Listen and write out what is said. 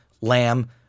lamb